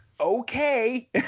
okay